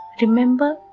remember